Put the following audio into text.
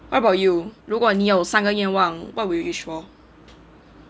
what about you 如果你有三个愿望 what will you wish for